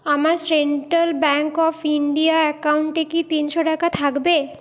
আমার Central Bank of India অ্যাকাউন্টে কি তিনশো টাকা থাকবে